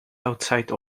outside